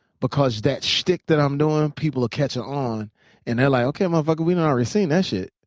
because that shtick that i'm doing, people are catching on and they're like, okay motherfucker, we've and already seen that shit.